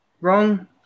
Wrong